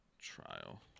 trial